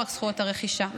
אלה לא רק זכויות הרכישה,